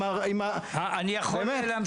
עם ה --- אני יכול להמשיך?